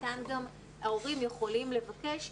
ההורים יכולים לבקש,